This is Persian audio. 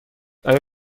آیا